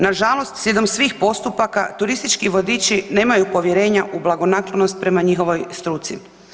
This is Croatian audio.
Nažalost, slijedom svih postupaka, turistički vodiči nemaju povjerenja u blagonaklonost prema njihovoj struci.